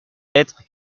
être